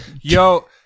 Yo